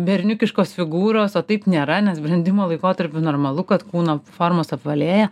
berniukiškos figūros o taip nėra nes brendimo laikotarpiu normalu kad kūno formos apvalėja